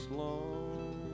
long